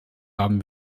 haben